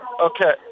Okay